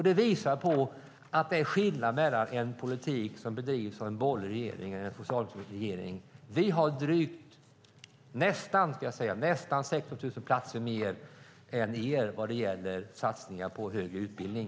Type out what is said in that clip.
Det visar på att det är skillnad mellan en politik som bedrivs av en borgerlig regering och en politik som bedrivs av en socialdemokratisk regering. Vi har nästan 16 000 fler platser än ni vad gäller satsningar på högre utbildning.